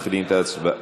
מתחילים את ההצבעה.